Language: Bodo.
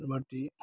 माति